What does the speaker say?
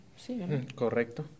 Correcto